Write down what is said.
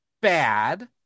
bad